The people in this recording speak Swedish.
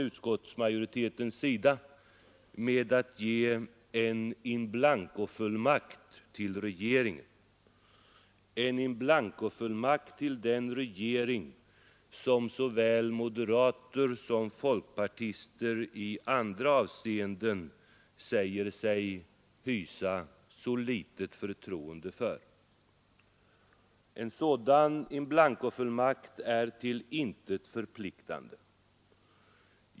Utskottsmajoriteten nöjer sig med att ge en inblankofullmakt för regeringen — den regering som såväl moderater som folkpartister i andra avseenden säger sig hysa så litet förtroende för. En sådan inblankofullmakt är till intet förpliktande.